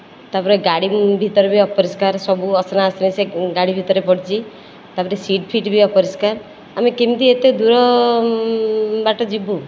ତାପରେ ଗାଡ଼ି ଭିତରେ ବି ଅପରିଷ୍କାର ସବୁ ଅସନା ସେ ଗାଡ଼ି ଭିତରେ ପଡ଼ିଛି ତାପରେ ସିଟ ଫିଟ ବି ଅପରିଷ୍କାର ଆମେ କେମିତି ଏତେ ଦୂର ବାଟ ଯିବୁ